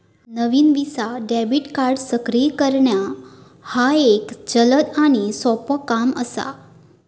नवीन visa debit card सक्रिय करणा ह्या एक जलद आणि सोपो काम असा